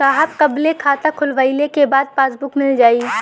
साहब कब ले खाता खोलवाइले के बाद पासबुक मिल जाई?